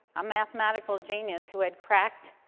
a mathematical genius who had cracked